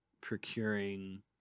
procuring